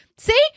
See